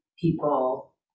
people